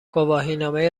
گواهینامه